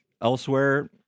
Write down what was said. elsewhere